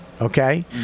Okay